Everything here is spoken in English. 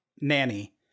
Nanny